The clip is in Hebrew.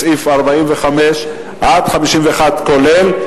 מסעיף 45 עד 51 כולל,